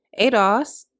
ADOS